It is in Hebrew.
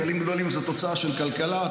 גלים גדולים זה תוצאה של כלכלה,